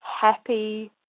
happy